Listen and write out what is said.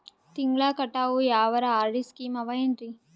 ತಿಂಗಳ ಕಟ್ಟವು ಯಾವರ ಆರ್.ಡಿ ಸ್ಕೀಮ ಆವ ಏನ್ರಿ?